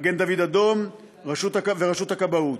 מגן-דוד-אדום ורשות הכבאות,